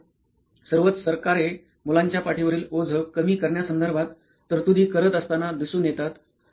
सध्या सर्वच सरकारे मुलांच्या पाठीवरील ओझं कमी करण्यासंधार्बत तरतुदी करत असताना दिसून येतात